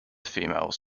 females